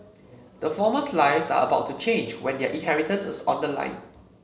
the former's lives are about to change when their inheritance is on the line